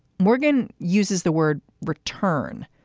morgan uses the word return.